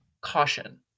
caution